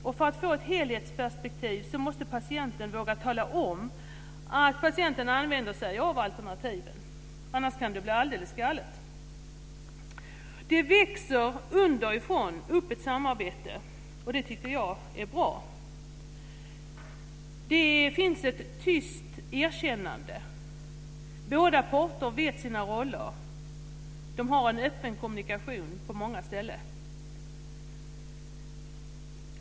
För att man ska få ett helhetsperspektiv måste patienten våga tala om att han eller hon använder sig av alternativen. Annars kan det bli alldeles galet. Det växer underifrån upp ett samarbete. Det tycker jag är bra. Det finns ett tyst erkännande. Båda parter vet sina roller. De har en öppen kommunikation på många ställen.